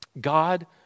God